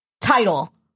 title